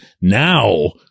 now